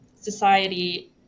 Society